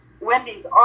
Wendy's